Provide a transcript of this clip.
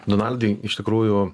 donaldai iš tikrųjų